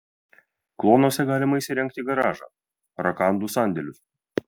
kluonuose galima įsirengti garažą rakandų sandėlius